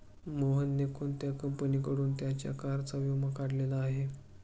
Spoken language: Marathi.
मोहनने कोणत्या कंपनीकडून त्याच्या कारचा विमा काढलेला आहे?